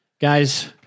Guys